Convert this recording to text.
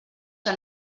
que